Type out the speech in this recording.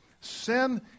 sin